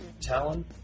Talon